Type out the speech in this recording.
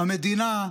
המדינה,